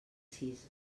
sis